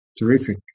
terrific